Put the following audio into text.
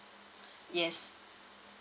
yes